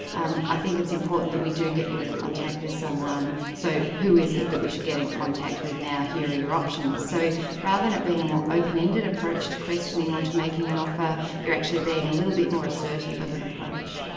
um i think it's important that we do get you in contact with someone, so who is it that we should get in contact with now? here are your options. so rather than it being a more open-ended approach to questioning or to making an offer, you're actually being a little bit more assertive with an approach.